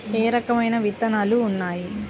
ఏ రకమైన విత్తనాలు ఉన్నాయి?